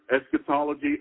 eschatology